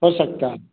हो सकता